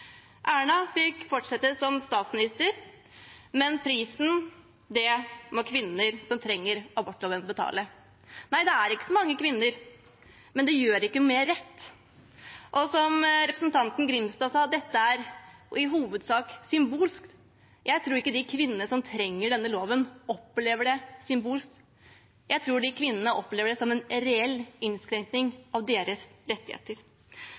Erna fikk fortsette som statsminister, men prisen må kvinner som trenger abortloven, betale. Nei, det er ikke så mange kvinner, men det gjør det ikke noe mer rett. Representanten Grimstad sa at dette i hovedsak er symbolsk, men jeg tror ikke de kvinnene som trenger denne loven, opplever det symbolsk. Jeg tror de kvinnene opplever det som en reell innskrenkning av sine rettigheter.